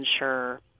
ensure